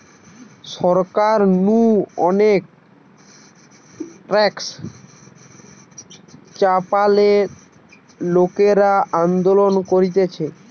সরকার নু অনেক ট্যাক্স চাপালে লোকরা আন্দোলন করতিছে